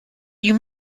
you